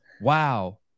Wow